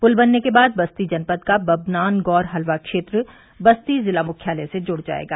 पुल बनने के बाद बस्ती जनपद का बभनान गौर हलवा क्षेत्र बस्ती जिला मुख्यालय से जुड़ जाएगा